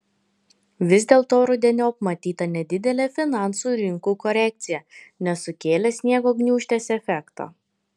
vis dėlto rudeniop matyta nedidelė finansų rinkų korekcija nesukėlė sniego gniūžtės efekto